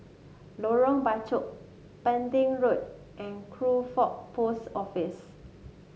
Lorong Bachok Pending Road and Crawford Post Office